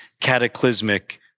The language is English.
cataclysmic